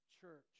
church